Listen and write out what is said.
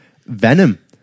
Venom